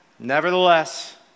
Nevertheless